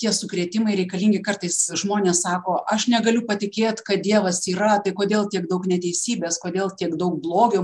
tie sukrėtimai reikalingi kartais žmonės sako aš negaliu patikėt kad dievas yra kodėl tiek daug neteisybės kodėl tiek daug blogio